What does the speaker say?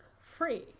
free